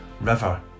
River